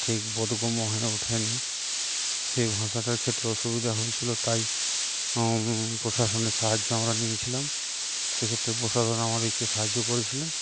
ঠিক বোধগম্য হয়ে ওঠেনি সেই ভাষাটার ক্ষেত্রে অসুবিধা হয়েছিলো তাই প্রশাসনের সাহায্য আমরা নিয়েছিলাম সেক্ষেত্রে প্রশাসন আমাদেরকে সাহায্য করেছিলেন